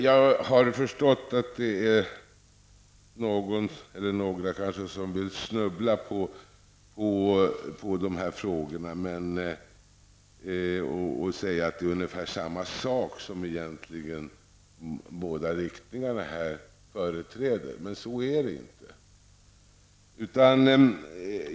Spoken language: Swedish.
Jag har förstått att det är några som vill snubbla på dessa frågor och säga att det egentligen är samma sak båda riktningarna företräder. Men så är det inte.